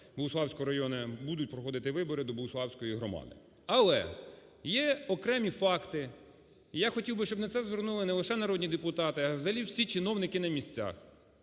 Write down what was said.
Богуславського району будуть проходити вибори до Богуславської громади. Але є окремі факти, і я хотів би, щоб на це звернули не лише народні депутати, а взагалі всі чиновники на місцях.